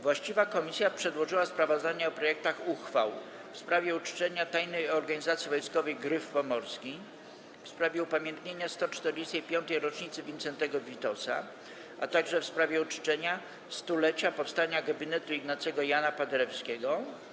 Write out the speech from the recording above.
Właściwa komisja przedłożyła sprawozdania o projektach uchwał: - w sprawie uczczenia Tajnej Organizacji Wojskowej „Gryf Pomorski”, - w sprawie upamiętnienia 145. rocznicy urodzin Wincentego Witosa, - w sprawie uczczenia 100-lecia powstania gabinetu Ignacego Jana Paderewskiego.